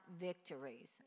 victories